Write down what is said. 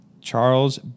Charles